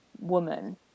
woman